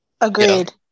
Agreed